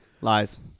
lies